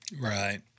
Right